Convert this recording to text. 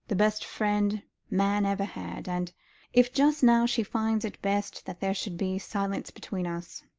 the best friend man ever had, and if, just now, she finds it best that there should be silence between us,